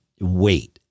wait